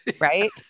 right